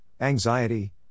anxiety